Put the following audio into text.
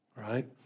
Right